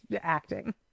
acting